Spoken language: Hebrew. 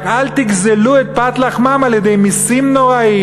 רק אל תגזלו את פת לחמם על-ידי מסים נוראיים,